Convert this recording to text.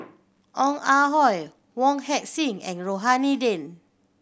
Ong Ah Hoi Wong Heck Sing and Rohani Din